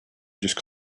just